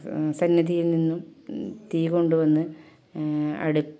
സന്നിധിയിൽ നിന്നും തീ കൊണ്ടുവന്ന് അടു